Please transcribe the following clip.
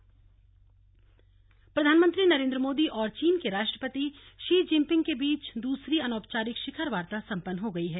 शिखर वार्ता प्रधानमंत्री नरेन्द्र मोदी और चीन के राष्ट्रपति शी जिनपिंग के बीच दूसरी अनौपचारिक शिखर वार्ता सम्पन्न हो गई है